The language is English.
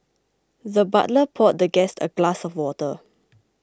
the butler poured the guest a glass of water